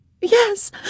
Yes